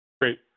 Great